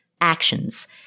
actions